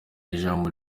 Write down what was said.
ijambo